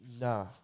Nah